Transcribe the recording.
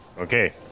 Okay